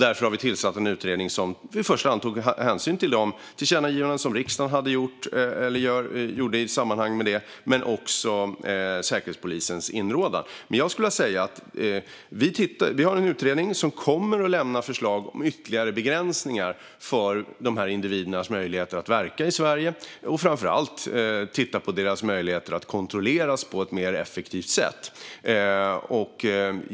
Därför tillsatte vi en utredning som i första hand tog hänsyn till tillkännagivanden som riksdagen hade gjort i sammanhanget men också till Säkerhetspolisens inrådan. Vi har en utredning som kommer att lämna förslag om ytterligare begränsningar för dessa individers möjligheter att verka i Sverige och framför allt titta på deras möjligheter att kontrolleras på ett mer effektivt sätt.